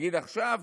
נגיד עכשיו,